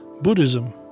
Buddhism